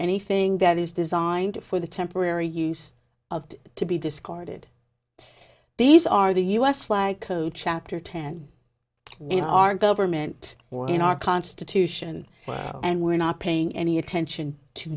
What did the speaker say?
anything that is designed for the temporary use of to be discarded these are the u s flag code chapter ten in our government or in our constitution and we're not paying any attention to